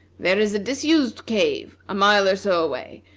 there is a disused cave, a mile or so away,